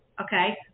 Okay